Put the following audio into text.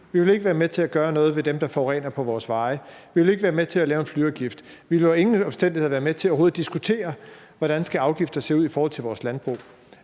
vi vil ikke være med til at gøre noget ved dem, der forurener på vores veje, vi vil ikke være med til at lave en flyafgift, vi vil under ingen omstændigheder være med til overhovedet at diskutere, hvordan afgifter skal se ud i forhold til vores landbrug,